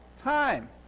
time